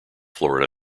florida